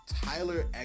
Tyler